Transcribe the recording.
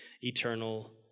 eternal